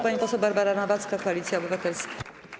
Pani poseł Barbara Nowacka, Koalicja Obywatelska.